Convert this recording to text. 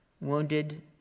wounded